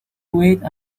wait